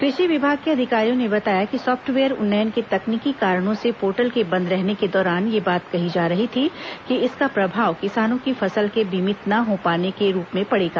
कृषि विभाग के अधिकारियों ने बताया कि सॉफ्टवेयर उन्नयन के तकनीकी कारणों से पोर्टल के बंद रहने के दौरान यह बात कही जा रही थी कि इसका प्रभाव किसानों की फसल के बीमित न हो पाने के रूप में पड़ेगा